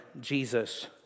Jesus